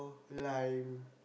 lime